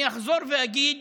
אני אחזור ואגיד